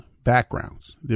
backgrounds